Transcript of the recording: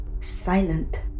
silent